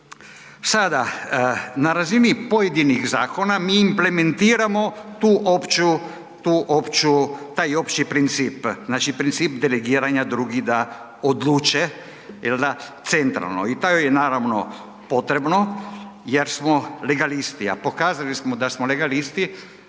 Sada na razini pojedinih zakona mi implementiramo tu opću, tu opću, taj opći princip, znači princip delegiranja drugih da odluče jel da, centralno i to je naravno potrebno jer smo legalisti. A pokazali smo da smo legalisti